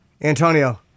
Antonio